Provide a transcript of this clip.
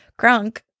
crunk